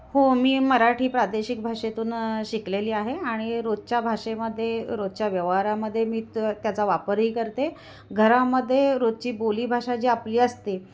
हो मी मराठी प्रादेशिक भाषेतून शिकलेली आहे आणि रोजच्या भाषेमध्ये रोजच्या व्यवहारामध्ये मी तर त्याचा वापरही करते घरामध्ये रोजची बोलीभाषा जी आपली असते